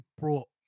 brought